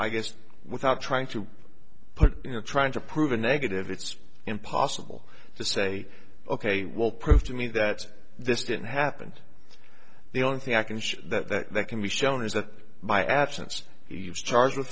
i guess without trying to put you know trying to prove a negative it's impossible to say ok well prove to me that this didn't happen the only thing i can say that that can be shown is that by absence he is charged w